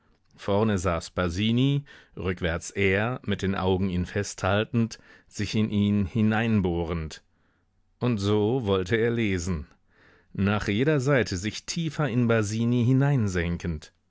vorne saß basini rückwärts er mit den augen ihn festhaltend sich in ihn hineinbohrend und so wollte er lesen nach jeder seite sich tiefer in basini